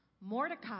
Mordecai